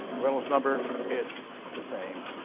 reynolds number, it's the same,